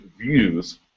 views